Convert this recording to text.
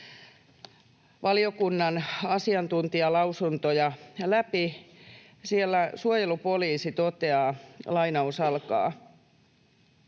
valiokunnan asiantuntijalausuntoja läpi. Siellä suojelupoliisi toteaa: ”Suojelupoliisin